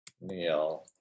neil